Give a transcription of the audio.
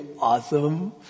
awesome